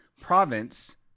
Province